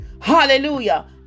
Hallelujah